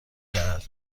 دهد